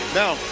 now